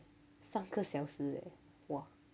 三个小时哦 !wah!